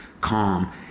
calm